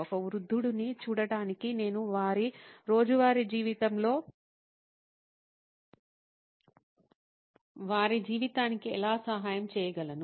ఒక వృద్ధుడు ని చూడటానికి 'నేను వారి రోజువారీ జీవితంలో వారి జీవితానికి ఎలా సహాయం చేయగలను